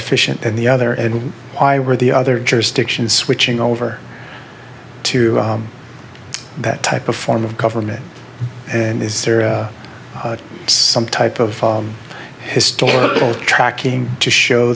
efficient than the other and why were the other jurisdictions switching over to that type of form of government and is some type of historical tracking to show